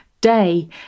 day